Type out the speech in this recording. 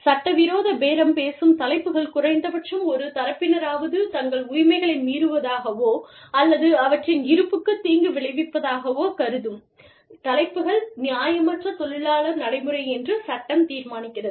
சட்டவிரோத பேரம் பேசும் தலைப்புகள் குறைந்தபட்சம் ஒரு தரப்பினராவது தங்கள் உரிமைகளை மீறுவதாகவோ அல்லது அவற்றின் இருப்புக்குத் தீங்கு விளைவிப்பதாகவோ கருதும் தலைப்புகள் நியாயமற்ற தொழிலாளர் நடைமுறை என்று சட்டம் தீர்மானிக்கிறது